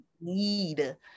need